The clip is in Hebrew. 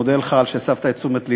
ואני מודה לך שהסבת את תשומת לבי.